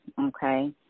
okay